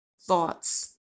thoughts